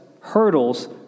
hurdles